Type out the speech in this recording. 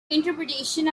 interpretation